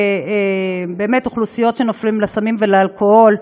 ובאמת אוכלוסיות שנופלות לסמים ולאלכוהול,